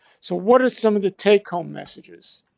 so, what are some of the take home messages?